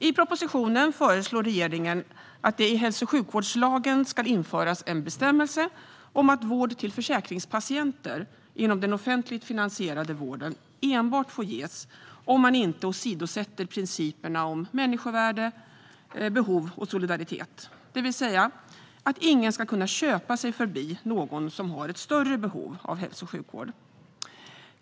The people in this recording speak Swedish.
I propositionen föreslår regeringen att det i hälso och sjukvårdslagen ska införas en bestämmelse om att vård till försäkringspatienter inom den offentligt finansierade vården enbart får ges om man inte åsidosätter principerna om människovärde, behov och solidaritet, det vill säga att ingen ska kunna köpa sig förbi någon som har större behov av hälso och sjukvård.